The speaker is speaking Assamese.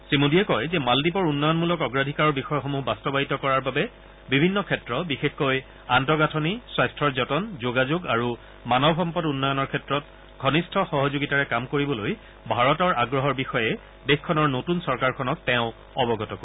শ্ৰীমোদীয়ে কয় যে মালদ্বীপৰ উন্নয়নমূলক অগ্ৰাধিকাৰৰ বিষয়সমূহ বাস্তৱায়িত কৰাৰ বাবে বিভিন্ন ক্ষেত্ৰ বিশেষকৈ আন্তঃগাঁথনি স্বাস্থৰ যতন যোগাযোগ আৰু মানৱ সম্পদ উন্নয়নৰ ক্ষেত্ৰত ঘনিষ্ঠ সহযোগিতাৰে কাম কৰিবলৈ ভাৰতৰ আগ্ৰহৰ বিষয়ে দেশখনৰ নতুন চৰকাৰখনক তেওঁ অৱগত কৰিব